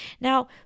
Now